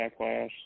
backlash